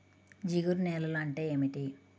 జిగురు నేలలు అంటే ఏమిటీ?